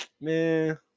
man